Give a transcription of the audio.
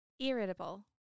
Irritable